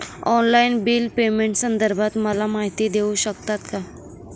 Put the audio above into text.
Online bill पेमेंटसंदर्भात मला माहिती देऊ शकतात का?